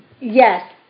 Yes